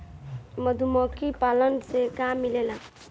मधुमखी पालन से का मिलेला?